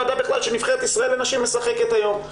ידע בכלל שנבחרת ישראל לנשים משחקת היום.